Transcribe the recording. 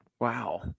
Wow